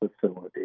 facility